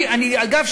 אגב,